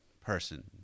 person